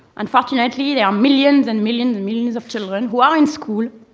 unfortunately, there are millions and millions and millions of children who are in school,